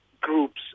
groups